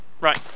Right